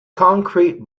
concrete